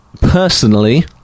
personally